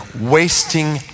wasting